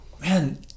man